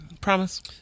Promise